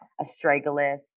astragalus